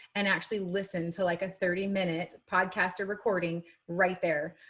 and actually listen to, like a thirty minute podcast or recording right there.